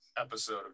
episode